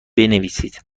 بنویسید